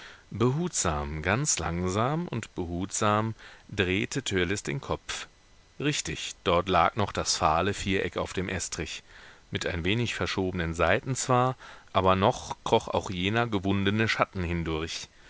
behutsam ganz langsam und behutsam drehte törleß den kopf richtig dort lag noch das fahle viereck auf dem estrich mit ein wenig verschobenen seiten zwar aber noch kroch auch jener gewundene schatten hindurch